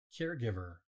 caregiver